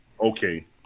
Okay